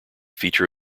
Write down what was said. feature